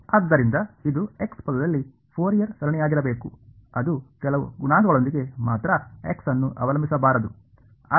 ಆದ್ದರಿಂದ ಇದು ಎಕ್ಸ್ ಪದದಲ್ಲಿ ಫೋರಿಯರ್ ಸರಣಿಯಾಗಿರಬೇಕು ಅದು ಕೆಲವು ಗುಣಾಂಕಗಳೊಂದಿಗೆ ಮಾತ್ರ ಎಕ್ಸ್ ಅನ್ನು ಅವಲಂಬಿಸಬಾರದು